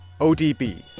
ODB